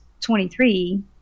23